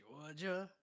Georgia